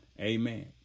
Amen